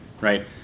right